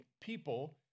people